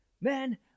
Man